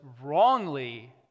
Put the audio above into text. wrongly